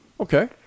Okay